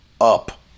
up